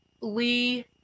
lee